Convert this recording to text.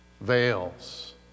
veils